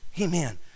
amen